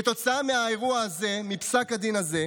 כתוצאה מהאירוע הזה, מפסק הדין הזה,